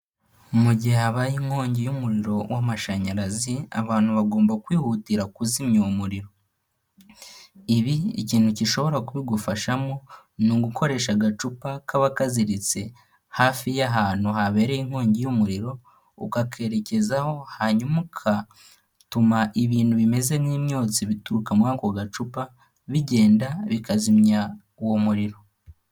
Mu gihe habaye inkongi y'umuriro w'amashanyarazi abantu bagomba kwihutira kuzimya uwo umuriro. Ibi ikintu gishobora kubigufashamo ni ugukoresha agacupa kaba kaziritse hafi y'ahantu habereye inkongi y'umuriro, ukakerekezaho hanyuma ukatuma ibintu bimeze nk'imyotsi bituruka muri ako gacupa bigenda bikazimya uwo muriro.